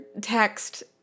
text